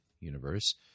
universe